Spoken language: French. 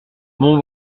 mon